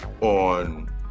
on